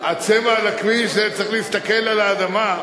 הצבע על הכביש, צריך להסתכל על האדמה.